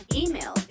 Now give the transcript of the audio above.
email